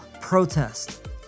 protest